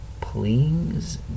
please